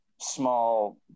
small